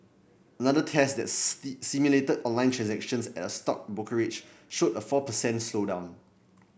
another test that simulated online transactions at a stock brokerage showed a four per cent slowdown